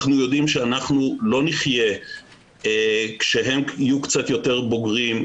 אנחנו יודעים שלא נחיה כשהם יהיו קצת יותר בוגרים,